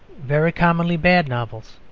very commonly bad novels.